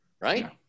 right